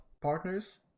partners